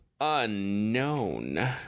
Unknown